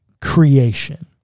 creation